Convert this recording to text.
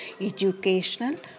educational